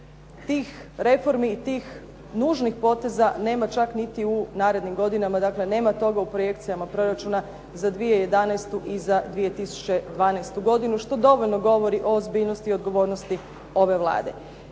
tih reformi, tih nužnih poteza nema čak niti u narednim godinama, dakle nema toga u projekcijama proračuna za 2011. i za 2012. godinu što dovoljno govori o ozbiljnosti i odgovornosti ove Vlade.